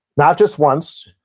not just once.